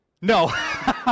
No